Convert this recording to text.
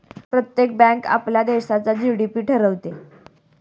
प्रत्येक बँक आपल्या देशाचा जी.डी.पी ठरवते